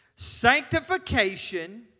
Sanctification